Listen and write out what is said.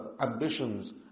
ambitions